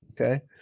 Okay